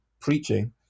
preaching